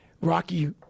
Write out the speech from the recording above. Rocky